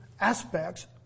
aspects